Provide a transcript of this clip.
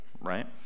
right